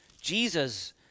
Jesus